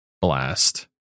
blast